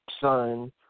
son